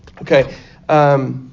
Okay